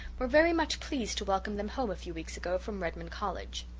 were very much pleased to welcome them home a few weeks ago from redmond college.